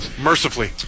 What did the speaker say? Mercifully